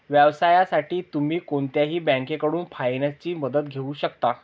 व्यवसायासाठी तुम्ही कोणत्याही बँकेकडून फायनान्सची मदत घेऊ शकता